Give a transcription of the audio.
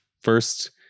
first